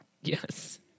Yes